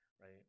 right